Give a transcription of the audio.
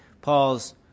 Paul's